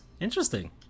Interesting